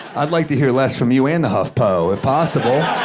i'd like to hear less from you and the huffpo if possible.